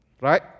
right